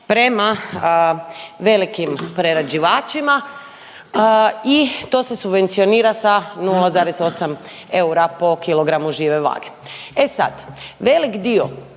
prema velikim prerađivačima i to se subvencionira sa 0,8 eura po kg žive vage. E sad, velik dio